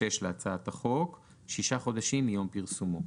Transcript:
שישה חודשים מיום פרסומו.